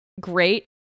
great